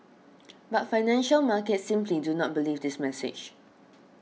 but financial markets simply do not believe this message